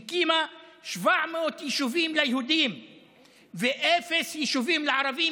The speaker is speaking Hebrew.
הקימה 700 יישובים ליהודים ואפס יישובים לערבים,